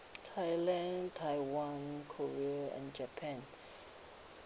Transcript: thailand taiwan korea and japan